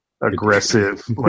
aggressive